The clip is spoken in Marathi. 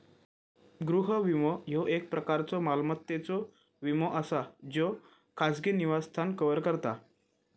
गृह विमो, ह्यो एक प्रकारचो मालमत्तेचो विमो असा ज्यो खाजगी निवासस्थान कव्हर करता